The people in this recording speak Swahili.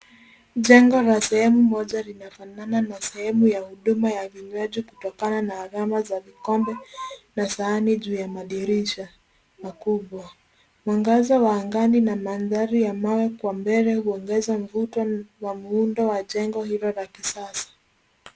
Jengo la sehemu moja linafanana na sehemu ya huduma ya vinywaji kutokana na alama za vikombe na sahani juu ya madirisha makubwa. Mwangaza wa na angani na mandhari ya mawe kwa mbele huongeza mvuto wa muundo wa jengo hilo la kisasa.